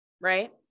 right